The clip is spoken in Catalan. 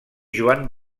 joan